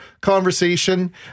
conversation